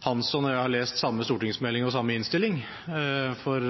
Hansson og jeg har lest samme stortingsmelding og samme innstilling, for